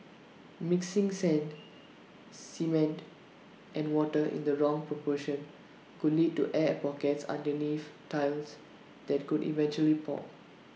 mixing sand cement and water in the wrong proportion could lead to air pockets underneath tiles that could eventually pop